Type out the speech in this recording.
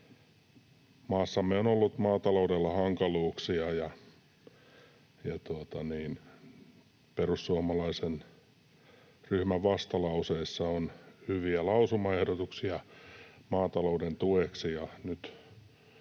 maassamme on ollut maataloudella hankaluuksia. Perussuomalaisen ryhmän vastalauseessa on hyviä lausumaehdotuksia maatalouden tueksi,